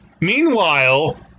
Meanwhile